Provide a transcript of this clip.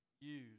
use